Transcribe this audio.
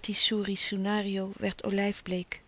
soerio soenario werd olijfbleek